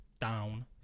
down